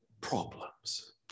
problems